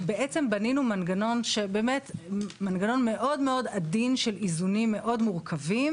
בנינו מנגנון מאוד עדין של איזונים מאוד מורכבים